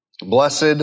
Blessed